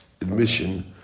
admission